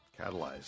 Catalyze